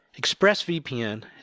ExpressVPN